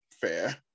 Fair